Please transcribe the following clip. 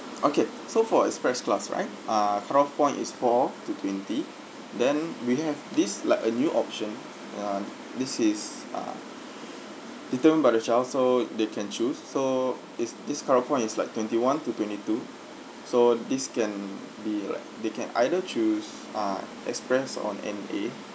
okay so for express class right ah twelfth point is four to twenty then we have this like a new option um this is ah determined by the twelfth so they can choose so it's this kind of point is like twenty one to twenty two so this can be like they can either choose ah express or N_A